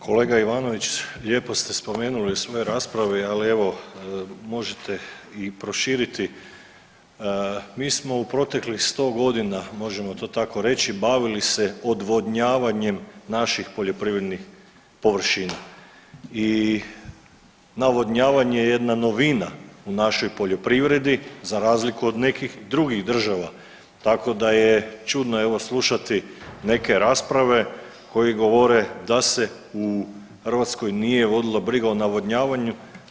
Kolega Ivanović lijepo ste spomenuli u svojoj raspravi, ali evo možete i proširiti mi smo u proteklih sto godina, možemo to tako reći, bavili se odvodnjavanjem naših poljoprivrednih površina i navodnjavanje je jedna novina u našoj poljoprivredi za razliku od nekih drugih država, tako da je čudno evo slušati neke rasprave koji govore da se u Hrvatskoj nije vodila briga o navodnjavanju.